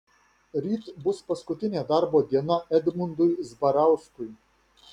ryt bus paskutinė darbo diena edmundui zbarauskui